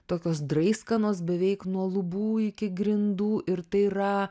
tokios draiskanos beveik nuo lubų iki grindų ir tai yra